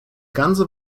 ganze